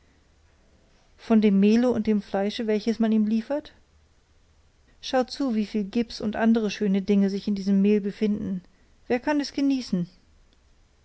von dem mehle und dem fleische welches man ihm liefert schau zu wie viel gips und andere schöne dinge sich in diesem mehl befinden wer kann es genießen